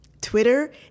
Twitter